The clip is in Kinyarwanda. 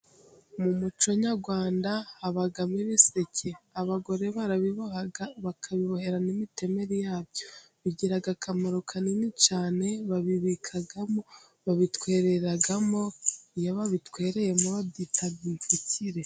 Mu muco nyarwanda habamo ibiseke, abagore barabiboha bakabibohera n'imitemeri yabyo, bigira akamaro kanini cyane babikamo, babitwereramo, iyo babitwereyemo babyita ipfukire.